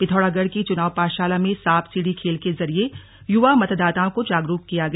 पिथौरागढ़ की चुनाव पाठशाला में सांप सीढ़ी खेल के जरिये युवा मतदाताओं को जागरूक किया गया